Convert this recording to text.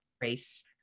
race